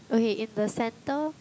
okay in the center